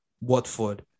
Watford